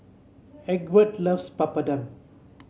Egbert loves Papadum